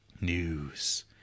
News